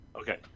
okay